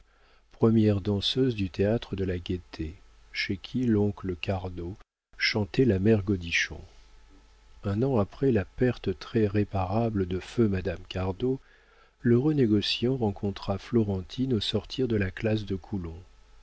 première danseuse du théâtre de la gaîté chez qui l'oncle cardot chantait la mère godichon un an après la perte très réparable de feu madame cardot l'heureux négociant rencontra florentine au sortir de la classe de